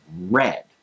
red